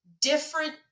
different